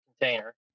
Container